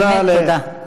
באמת תודה.